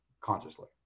consciously